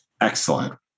excellent